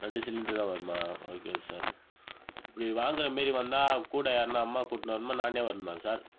ரெண்டு சிலிண்ட்ரு தான் வருமா ஓகே சார் இப்படி வாங்குகிற மாரி வந்தால் கூட யார்னா அம்மாவை கூட்டினு வரணுமா நானே வர்ணுமா சார்